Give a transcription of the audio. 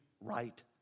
right